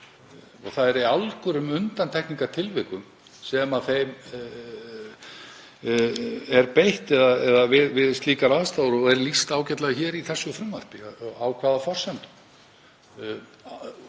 Það er í algerum undantekningartilvikum sem þeim er beitt, við slíkar aðstæður, og því er lýst ágætlega í þessu frumvarpi á hvaða forsendum.